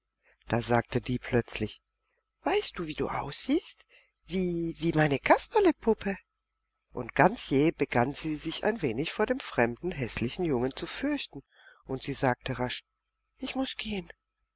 da sagte die plötzlich weißt du wie du aussiehst wie wie meine kasperlepuppe und ganz jäh begann sie sich ein wenig vor dem fremden häßlichen jungen zu fürchten und sie sagte rasch ich muß gehen